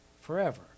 forever